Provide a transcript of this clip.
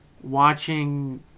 watching